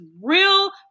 real